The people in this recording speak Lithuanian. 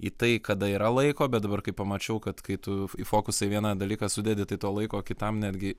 į tai kada yra laiko bet dabar kai pamačiau kad kai tu į fokusą į vieną dalyką sudedi tai to laiko kitam netgi